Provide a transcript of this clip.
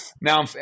now